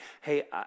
hey